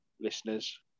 listeners